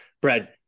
Brad –